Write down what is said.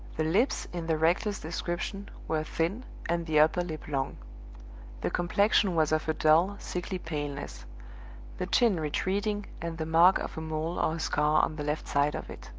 the lips in the rector's description were thin and the upper lip long the complexion was of a dull, sickly paleness the chin retreating and the mark of a mole or a scar on the left side of it.